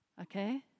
Okay